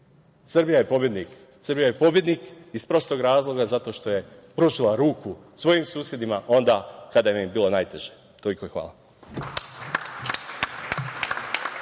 je pobednik. Srbija je pobednik iz prostog razloga zato što je pružila ruku svojim susedima onda kada im je bilo najteže. Toliko i hvala.